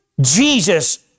Jesus